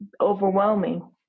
overwhelming